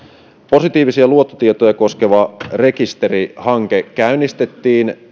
positiivisia luottotietoja koskeva rekisterihanke käynnistettiin